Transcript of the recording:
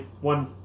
one